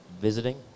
Visiting